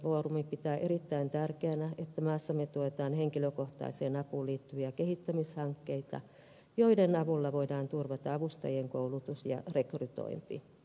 myös vammaisfoorumi pitää erittäin tärkeänä että maassamme tuetaan henkilökohtaiseen apuun liittyviä kehittämishankkeita joiden avulla voidaan turvata avustajien koulutus ja rekrytointi